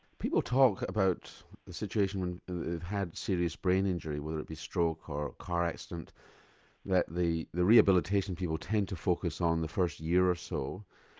people talk about the situation when they've had serious brain injury whether it be stroke or a car accident that the the rehabilitation people tend to focus on the first year or so.